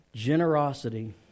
generosity